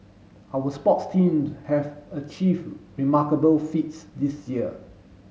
our sports team have achieve remarkable feats this year